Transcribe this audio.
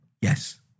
Yes